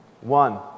One